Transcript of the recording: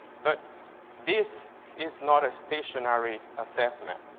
but this is not a stationary assessment.